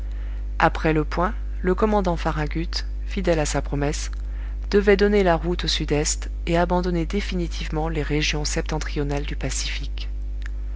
après le point le commandant farragut fidèle à sa promesse devait donner la route au sud-est et abandonner définitivement les régions septentrionales du pacifique